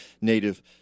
native